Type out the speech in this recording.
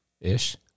Ish